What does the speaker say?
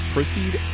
Proceed